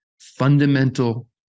fundamental